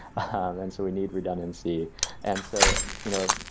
and so we need redundancy and so, you know,